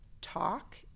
talk